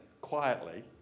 quietly